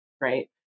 right